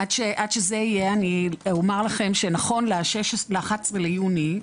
אני אומר לכם שנכון ל-11 ביוני,